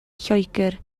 lloegr